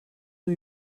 new